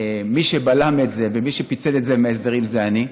מי שבלם את זה ומי שפיצל את זה מההסדרים זה אני,